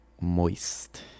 Moist